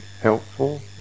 helpful